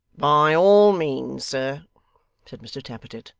by all means, sir said mr tappertit,